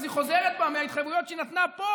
אז היא חוזרת בה מההתחייבויות שהיא נתנה פה,